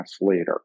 later